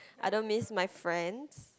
I don't miss my friends